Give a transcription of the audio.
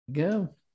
go